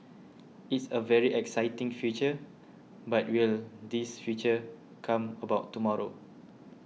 it's a very exciting future but will this future come about tomorrow